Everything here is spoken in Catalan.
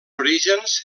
orígens